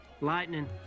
Lightning